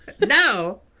No